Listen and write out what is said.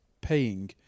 paying